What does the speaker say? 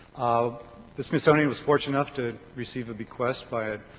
the smithsonian was fortunate enough to receive a bequest by a,